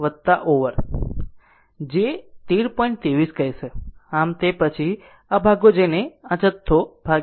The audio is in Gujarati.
23 કહેશે આમ તે પછી આ ભાગો જેને આ જથ્થો 13